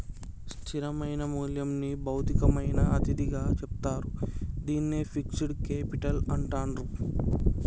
స్థిరమైన మూల్యంని భౌతికమైన అతిథిగా చెప్తారు, దీన్నే ఫిక్స్డ్ కేపిటల్ అంటాండ్రు